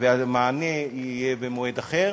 והמענה יהיו במועד אחר,